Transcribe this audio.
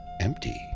empty